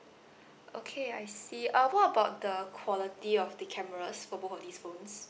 okay I see uh what about the quality of the cameras for both of these phones